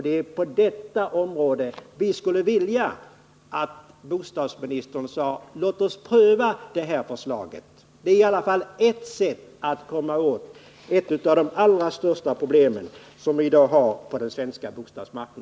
Det är på detta område vi skulle vilja att bostadsministern sade: Låt oss pröva detta förslag. Det är i alla fall ett sätt att komma åt ett av de allra största problem som vi i dag har på den svenska bostadsmarknaden.